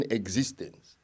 existence